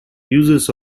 users